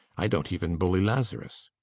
i don't even bully lazarus.